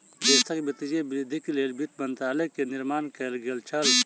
देशक वित्तीय वृद्धिक लेल वित्त मंत्रालय के निर्माण कएल गेल छल